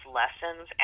lessons